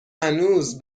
هنوز